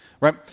right